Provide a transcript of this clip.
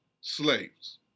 slaves